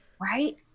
right